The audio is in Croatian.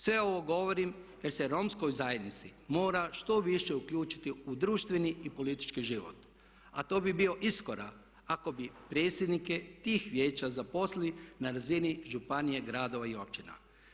Sve ovo govorim jer se romsku zajednicu mora što više uključiti u društveni i politički život, a to bi bio iskorak ako bi predsjednike tih vijeća zaposlili na razini županije, gradova i općina.